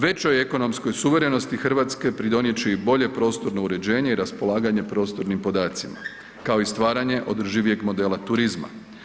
Većoj ekonomskoj suverenosti Hrvatske pridonijet će i bolje prostorno uređenje i raspolaganje prostornim podacima, kao i stvaranje održivijeg modela turizma.